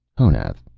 honath,